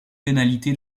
pénalité